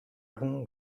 egun